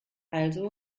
also